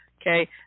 okay